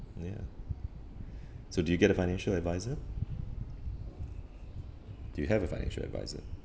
ya so do you get a financial advisor do you have a financial advisor